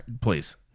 please